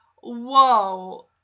whoa